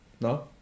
No